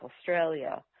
Australia